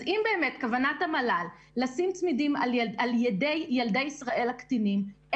אז אם באמת כוונת המל"ל לשים צמידים על ידי ילדי ישראל הקטינים,